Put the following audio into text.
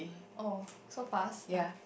oh so fast